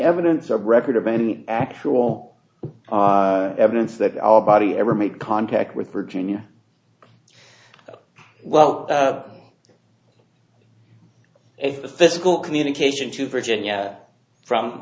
evidence of record of any actual evidence that our body ever made contact with virginia well if the physical communication to virginia from